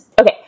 Okay